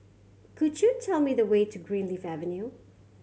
could you tell me the way to Greenleaf Avenue